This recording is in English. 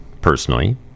personally